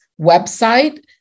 website